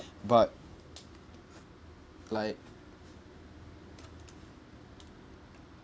but like